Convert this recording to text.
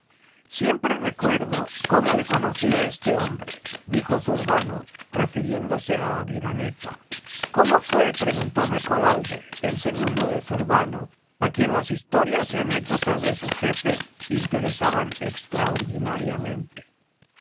siempre recuerdo cómo le conocí a este hombre dijo zurbano refiriéndose a aviraneta cómo fué preguntó mecolalde el segundo de zurbano a quien las historias y anécdotas de su jefe interesaban extraordinariamente